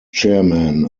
chairman